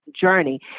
journey